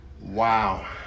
Wow